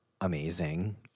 amazing